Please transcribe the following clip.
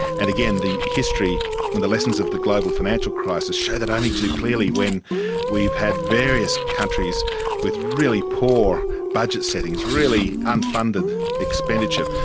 and again, the history or and the lessons of the global financial crisis show that only too clearly when we've had various countries with really poor budget settings, really unfunded expenditure,